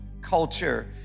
culture